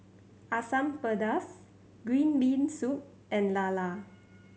Asam Pedas green bean soup and lala